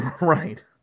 Right